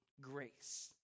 grace